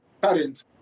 parents